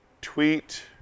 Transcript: Tweet